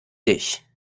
dich